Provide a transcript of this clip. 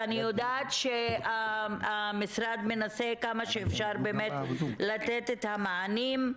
אני יודעת שהמשרד מנסה כמה שאפשר לתת את המענים.